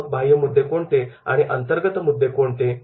तर मग बाह्य मुद्दे कोणते आणि अंतर्गत मुद्दे कोणते